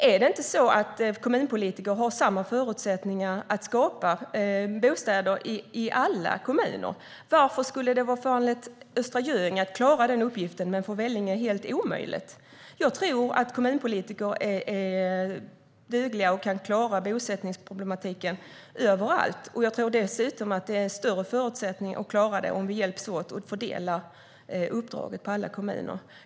Har inte kommunpolitiker samma förutsättningar att skapa bostäder i alla kommuner? Varför skulle det vara föranlett Östra Göinge att klara den uppgiften när det för Vellinge är helt omöjligt? Jag tror att kommunpolitiker är dugliga och kan klara bosättningsproblematiken överallt. Jag tror dessutom att det är större förutsättningar att klara det om vi hjälps åt att fördela uppdraget på alla kommuner.